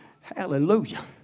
Hallelujah